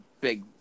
big